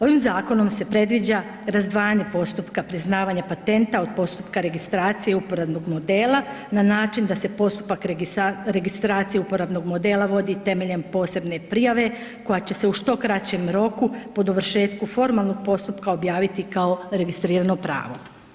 Ovim zakonom se predviđa razdvajanje postupka, priznavanje patenta od postupka registracije i uporabnog modela na način da se postupak registracije uporabnog modela vodi temeljem posebne prijave koja će se u što kraćem roku po dovršetku formalnog postupka objaviti kao registrirano pravo.